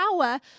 power